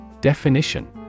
Definition